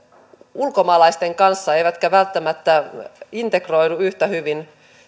ulkomaalaisten kanssa eivätkä välttämättä integroidu yhtä hyvin